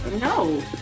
No